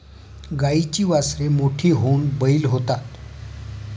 गाईची वासरे मोठी होऊन बैल होतात